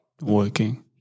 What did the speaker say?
working